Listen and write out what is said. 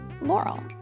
Laurel